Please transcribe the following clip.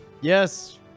Yes